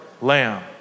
lamb